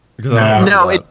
No